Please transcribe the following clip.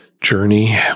journey